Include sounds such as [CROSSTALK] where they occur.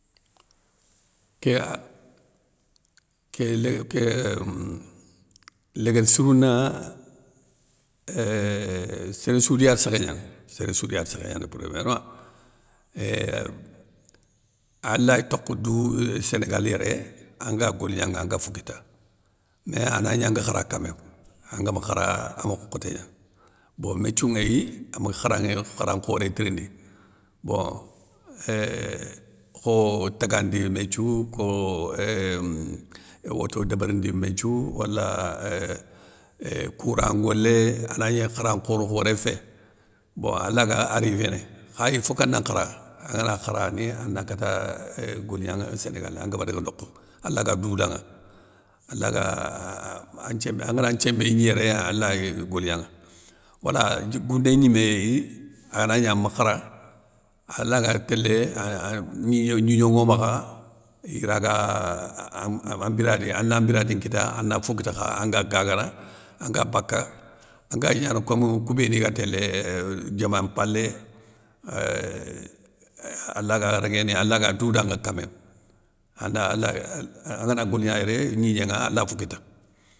Ké ah [HESITATION] léguér sourou ne euuh séréssou di arssékhé gnani, séréssou di arssékhé gnani premièrement, éuuh alay tokho dou sénégali yéré anga golignanŋa anga fo kita, mé anagni anga khara ka même, anga ma khara a mokho nkhoté gnani, bon méthiou ŋéy ama kharanŋé kharan nkhoré tirindi, bon éuuh kho tagandi méthiou, kho éuuhm woto débérindi méthiou wala éuuh kouran ngolé anagni kharan nkhore khoré fé, bon alaga arrivéné, kha i foka na nkhara, angana khara ni, ana kata golignanŋa sénégal an ngama daga nokhou, alaga dou danŋa, alaga ahh an nthiémbé angara nthiémbé gni yéré, alay golignanŋa. Wala dji gouné gnimé yéy anagni an ma khara, alaga télé an gnigno gnigno ŋo makha, iraga [HESITATION] an mbiradi, ana mbiradi nkita, ana fo kita kha anga gagana, anga baka, anga gnana kom kou béni, ga télé diaman mpalé, euuhh alaga réguéné ala ga dou danŋa ka même, anda alay angana goligna yéré gnignéŋa alay fo kita.